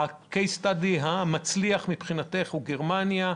הקייס סטאדי המצליח מבחינתך הוא גרמניה,